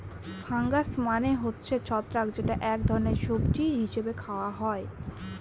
fungus মানে হচ্ছে ছত্রাক যেটা এক ধরনের সবজি হিসেবে খাওয়া হয়